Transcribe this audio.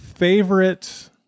favorite